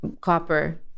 copper